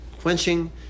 quenching